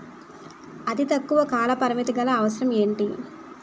అతి తక్కువ కాల పరిమితి గల అవసరం ఏంటి